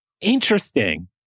Interesting